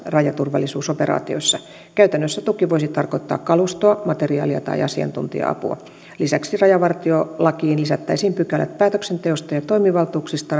rajaturvallisuusoperaatioissa käytännössä tuki voisi tarkoittaa kalustoa materiaalia tai asiantuntija apua lisäksi rajavartiolakiin lisättäisiin pykälät päätöksenteosta ja toimivaltuuksista